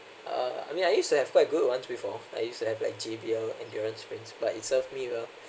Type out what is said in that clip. uh I mean I used to have quite good ones before I used to have like J_B_L endurance sprint but it serve me well